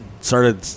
started